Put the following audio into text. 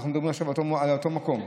אנחנו מדברים עכשיו על אותו מקום?